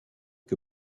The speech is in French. que